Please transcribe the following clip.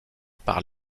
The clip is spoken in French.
par